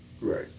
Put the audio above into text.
Right